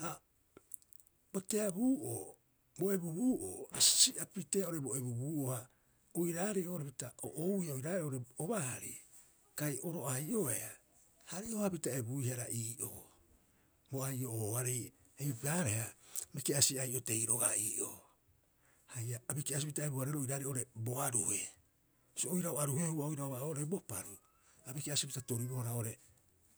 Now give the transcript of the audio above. Ha bo teabuu'oo bo ebubuu'o, a hisi'a piteea oo'ore bo ebubuu'o, ha oiraarei oo'ore pita o ouiia oiraae obahari kai oro ai'oea a hare'o- haapita ebuihara ii'oo bo ai'o'ooarei. Eipaareha biki'asi ai'otei roga'a ii'oo haia a biki'asipita ebu- hareeroo oiraarei oo'ore bo aruhe. Bisio oirau aruhehua oiraba oo'ore bo paru a biki'asipita toribohara oo'ore